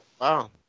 Wow